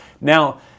Now